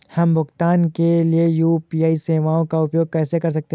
हम भुगतान के लिए यू.पी.आई सेवाओं का उपयोग कैसे कर सकते हैं?